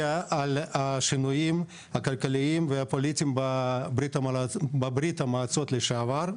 על השינויים הכלכליים והפוליטיים בברית המועצות לשעבר,